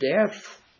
death